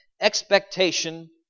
expectation